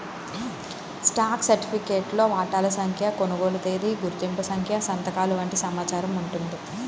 stock సర్టిఫికేట్లో వాటాల సంఖ్య, కొనుగోలు తేదీ, గుర్తింపు సంఖ్య సంతకాలు వంటి సమాచారం ఉంటుంది